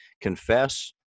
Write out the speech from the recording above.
Confess